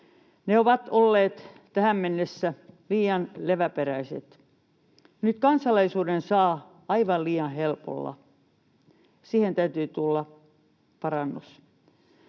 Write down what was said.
Ne ovat olleet tähän mennessä liian leväperäiset. Nyt kansalaisuuden saa aivan liian helpolla. Siihen täytyy tulla parannus.